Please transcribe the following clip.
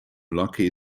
lucky